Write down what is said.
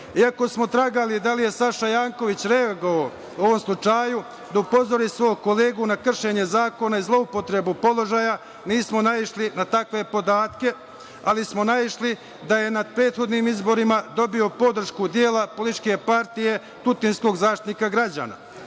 Iako smo tragali da li je Saša Janković reagovao u ovom slučaju da upozori svog kolegu na kršenje zakona i zloupotrebe položaja, nismo naišli na takve podatke, ali smo naišli da je na prethodnim izborima dobio podršku dela političke partije tutinskog Zaštitnika građana. Navodeći